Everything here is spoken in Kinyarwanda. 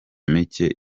mike